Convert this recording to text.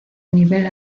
nivel